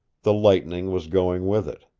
the lightning was going with it.